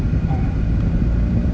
ah